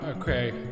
okay